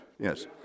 Yes